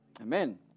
Amen